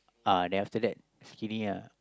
uh then after that skinny ah